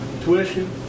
tuition